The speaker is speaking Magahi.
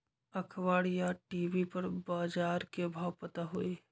अखबार या टी.वी पर बजार के भाव पता होई?